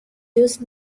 used